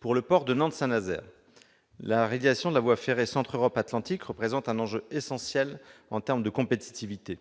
Pour le port de Nantes-Saint-Nazaire, la réalisation de la voie ferrée Centre-Europe-Atlantique représente un enjeu essentiel en termes de compétitivité.